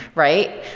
right?